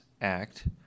Act